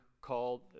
called